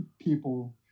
people